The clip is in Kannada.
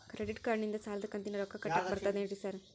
ಕ್ರೆಡಿಟ್ ಕಾರ್ಡನಿಂದ ಸಾಲದ ಕಂತಿನ ರೊಕ್ಕಾ ಕಟ್ಟಾಕ್ ಬರ್ತಾದೇನ್ರಿ ಸಾರ್?